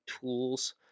tools